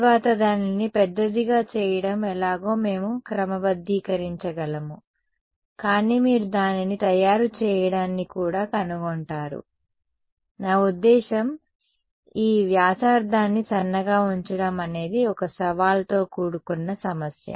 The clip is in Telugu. తరువాత దానిని పెద్దదిగా చేయడం ఎలాగో మేము క్రమబద్ధీకరించగలము కానీ మీరు దానిని తయారు చేయడాన్ని కూడా కనుగొంటారు నా ఉద్దేశ్యం ఈ వ్యాసార్థాన్ని సన్నగా ఉంచడం అనేది ఒక సవాలుతో కూడుకున్న సమస్య